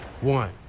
one